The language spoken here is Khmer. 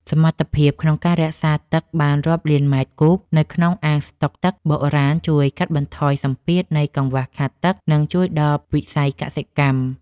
សមត្ថភាពក្នុងការរក្សាទឹកបានរាប់លានម៉ែត្រគូបនៅក្នុងអាងស្តុកទឹកបុរាណជួយកាត់បន្ថយសម្ពាធនៃកង្វះខាតទឹក និងជួយដល់វិស័យកសិកម្ម។